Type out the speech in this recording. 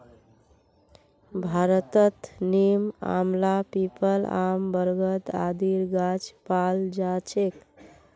भारतत नीम, आंवला, पीपल, आम, बरगद आदिर गाछ पाल जा छेक